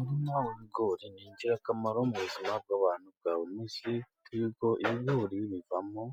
Umurima w'ibigori ni ingirakamaro mu buzima bw'abantu bwa buri munsi, y'uko ibigori bivamo,